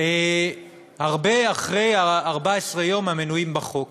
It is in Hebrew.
הרבה אחרי 14 הימים המנויים בחוק.